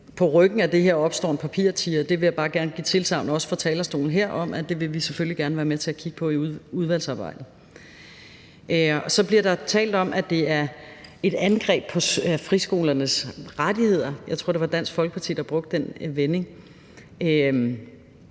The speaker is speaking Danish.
på ryggen af det her opstår en papirtiger. Jeg vil bare gerne også her fra talerstolen give tilsagn om, at det vil vi selvfølgelig gerne være med til at kigge på i udvalgsarbejdet. Så bliver der talt om, at det er et angreb på friskolernes rettigheder. Jeg tror, det var Dansk Folkeparti, der brugte den vending.